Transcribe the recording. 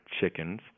chickens